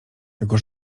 tego